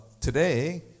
Today